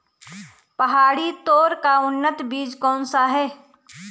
पहाड़ी तोर का उन्नत बीज कौन सा है?